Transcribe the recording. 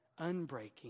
unbreaking